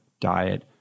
diet